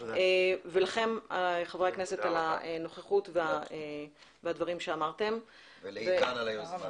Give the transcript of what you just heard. ולכם חברי הכנסת על הנוכחות ועל הדברים שאמרתם ולעידן על היוזמה.